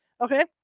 Okay